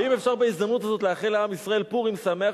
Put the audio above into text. ואם אפשר בהזדמנות הזאת לאחל לעם ישראל פורים שמח,